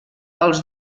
els